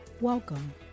Welcome